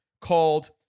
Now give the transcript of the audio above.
called